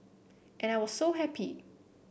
and I was so happy